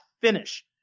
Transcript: finish